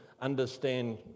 understand